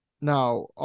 Now